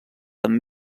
amb